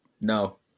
No